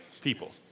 People